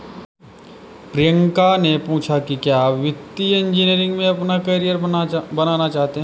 प्रियंका ने पूछा कि क्या आप वित्तीय इंजीनियरिंग में अपना कैरियर बनाना चाहते हैं?